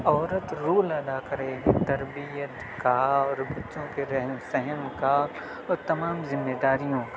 عورت رول ادا کرے تربیت کا اور بچوں کے رہن سہن کا اور تمام ذمہ داریوں کا